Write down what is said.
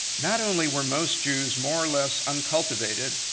not only were most jews more or less uncultivated,